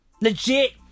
Legit